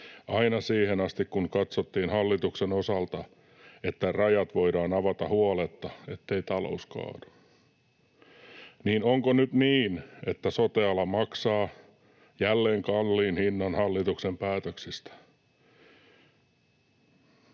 aina siihen asti, kun katsottiin hallituksen osalta, että rajat voidaan avata huoletta, ettei talous kaadu, niin onko nyt niin, että sote-ala maksaa jälleen kalliin hinnan hallituksen päätöksistä.